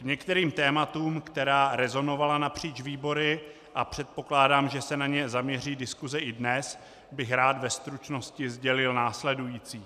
K některým tématům, která rezonovala napříč výbory, a předpokládám, že se na ně zaměří diskuse i dnes, bych rád ve stručnosti sdělil následující.